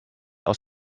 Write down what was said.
aus